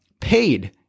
paid